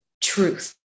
truth